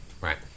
Right